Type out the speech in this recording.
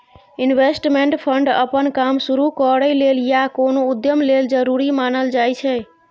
investment fund अप्पन काम शुरु करइ लेल या कोनो उद्यम लेल जरूरी मानल जाइ छै